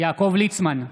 יעקב ליצמן,